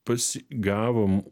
pas gavom